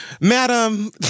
madam